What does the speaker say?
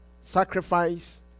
sacrifice